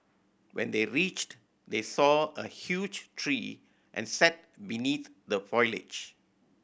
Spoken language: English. when they reached they saw a huge tree and sat beneath the foliage